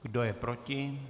Kdo je proti?